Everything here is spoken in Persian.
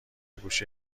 گوشه